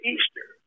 Easter